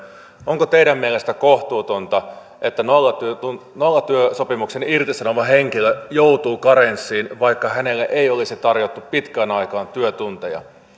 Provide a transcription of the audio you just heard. onko teidän mielestänne kohtuutonta että nollatyösopimuksen irtisanova henkilö joutuu karenssiin vaikka hänelle ei olisi tarjottu pitkään aikaan työtunteja